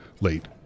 late